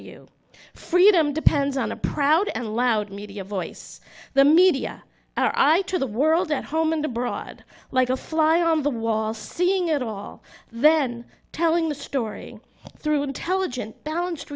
you freedom depends on a proud and loud media voice the media our eye to the world at home and abroad like a fly on the wall seeing it all then telling the story through intelligent balanced